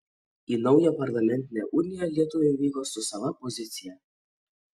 į naują parlamentinę uniją lietuviai vyko su sava pozicija